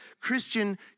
Christian